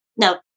No